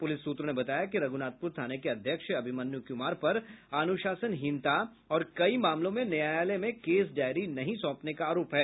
police सूत्रों ने बताया कि रघुनाथपुर थाने के अध्यक्ष अभिमन्यु कुमार पर अनुशासनहीनता और कई मामलों में न्यायालय में केस डायरी नहीं सौंपने का आरोप है